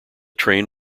train